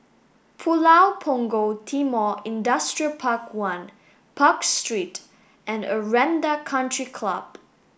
Pulau Punggol Timor Industrial Park one Park Street and Aranda Country Club